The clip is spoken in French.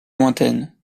lointaine